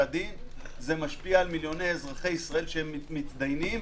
הדין אלא על מילוני אזרחי ישראל שמידיינים,